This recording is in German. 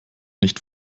nicht